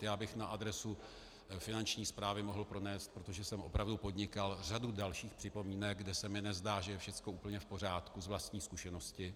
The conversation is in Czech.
Na adresu Finanční správy bych mohl pronést, protože jsem opravdu podnikal, řadu dalších připomínek, kde se mi nezdá, že je všechno úplně v pořádku, z vlastní zkušenosti.